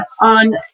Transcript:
on